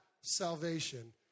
salvation